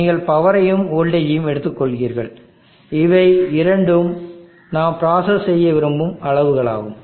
நீங்கள் பவரையும் வோல்ட்டேஜெயும் எடுத்துக்கொள்கிறீர்கள் இவை இரண்டும் நாம் பிராசஸ் செய்ய விரும்பும் அளவுகளாகும்